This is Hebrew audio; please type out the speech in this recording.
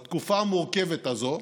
בתקופה המורכבת הזאת